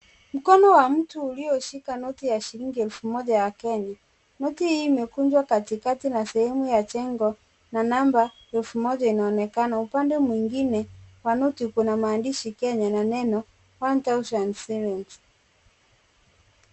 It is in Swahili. Mkono wa mtu ulioshika noti ya shilingi elfu moja ya Kenya. Noti hii imekunjwa katika na sehemu ya jengo na namba elfu moja inaonekana. Upande mwingine kwa noti kuna maandishi Kenya na neno one thousand shillings .